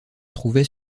trouvait